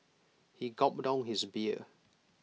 he gulped down his beer